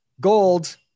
Gold